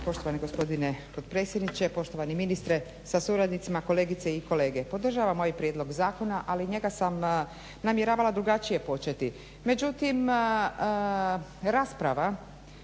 poštovani gospodine potpredsjedniče. Poštovani ministre sa suradnicima, kolegice i kolege. Podržavam ovaj prijedlog zakona ali njega sam namjeravala drugačije početi.